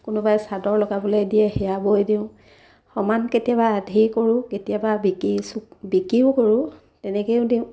কোনোবাই চাদৰ লগাবলৈ দিয়ে সেয়া বৈ দিওঁ সমান কেতিয়াবা আধি কৰোঁ কেতিয়াবা বিকি চুক বিকিও কৰোঁ তেনেকৈও দিওঁ